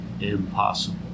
impossible